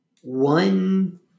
one